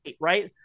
right